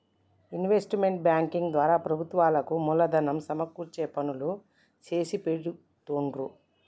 investment banking ద్వారా ప్రభుత్వాలకు మూలధనం సమకూర్చే పనులు చేసిపెడుతుండ్రు